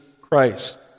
Christ